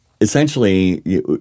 Essentially